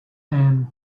and